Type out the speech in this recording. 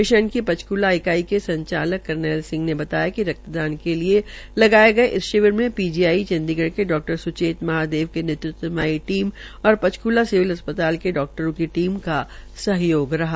mission की पंचकूला इकाई के संचालक करनैल सिंह ने बताया कि रक्तदान के लिए लगाए गए इस शिविर मे पीजीआई चण्डीगढ के डाक्टर सुचेत सहदेव के नेतृत्व में आई टीम और पंचकूला के सिविल अस्पताल के डाक्टरों की टीम का सहयोग रहा